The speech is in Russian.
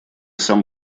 сам